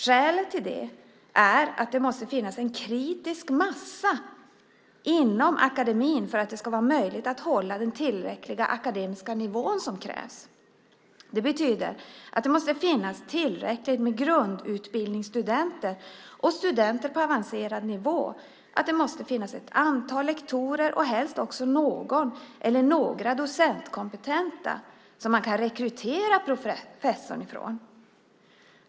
Skälet till det är att det måste finnas en kritisk massa inom akademin för att det ska vara möjligt att hålla den akademiska nivå som krävs. Det betyder att det måste finnas tillräckligt med grundutbildningsstudenter och studenter på avancerad nivå, att det måste finnas ett antal lektorer och helst också någon eller några docentkompetenta som man kan rekrytera professorn från.